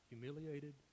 humiliated